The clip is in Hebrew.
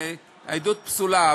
העדות פסולה,